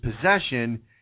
possession